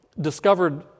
discovered